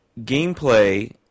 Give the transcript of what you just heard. Gameplay